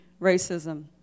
racism